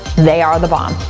they are the bomb,